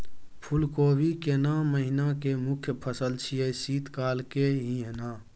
फुल कोबी केना महिना के मुखय फसल छियै शीत काल के ही न?